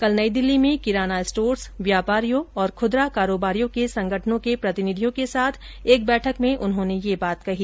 कल नई दिल्ली में किराना स्टोर्स व्यापारियों और खुदरा कारोबारियों के संगठनों के प्रतिनिधियों के साथ एक बैठक में उन्होंने ये बात कही